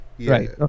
Right